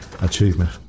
achievement